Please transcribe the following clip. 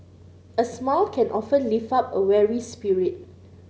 a smile can often lift up a weary spirit